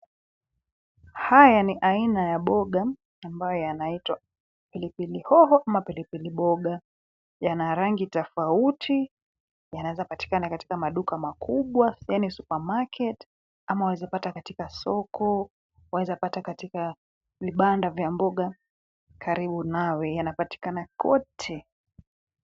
Haya ni aina ya mboga ambayo yanaitwa pilipili hoho ama pilipili boga, yana rangi tofauti, yanaweza patikana katika maduka makubwa yaani supermarket ama waweza patikana katika soko, waweza pata katika vibanda vya mboga karibu nawe, yanapitakana kwote.